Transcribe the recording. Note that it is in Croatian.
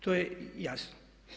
To je jasno.